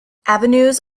avenues